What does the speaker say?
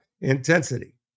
intensity